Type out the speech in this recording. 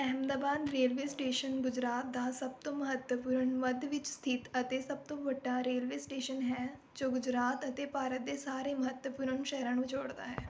Ahmedabad railway station Gujarat ਦਾ ਸਭ ਤੋਂ ਮਹੱਤਵਪੂਰਨ ਮੱਧ ਵਿੱਚ ਸਥਿਤ ਅਤੇ ਸਭ ਤੋਂ ਵੱਡਾ ਰੇਲਵੇ ਸਟੇਸ਼ਨ ਹੈ ਜੋ ਗੁਜਰਾਤ ਅਤੇ ਭਾਰਤ ਦੇ ਸਾਰੇ ਮਹੱਤਵਪੂਰਨ ਸ਼ਹਿਰਾਂ ਨੂੰ ਜੋੜਦਾ ਹੈ